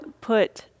put